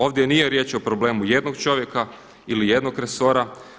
Ovdje nije riječ o problemu jednog čovjeka ili jednog resora.